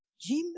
Jim